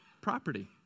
property